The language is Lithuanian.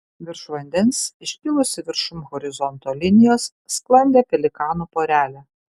virš vandens iškilusi viršum horizonto linijos sklandė pelikanų porelė